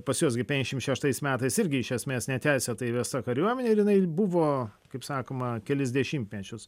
pas juos gi penkiasdešimt šeštais metais irgi iš esmės neteisėtai įvesta kariuomenė ir jinai buvo kaip sakoma kelis dešimtmečius